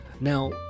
Now